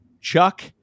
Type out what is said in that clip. Chuck